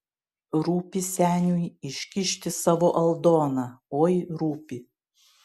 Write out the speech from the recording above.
rūpi seniui iškišti savo aldoną oi rūpi